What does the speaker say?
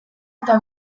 eta